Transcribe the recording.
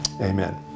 Amen